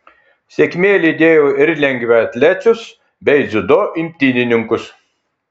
sėkmė lydėjo ir lengvaatlečius bei dziudo imtynininkus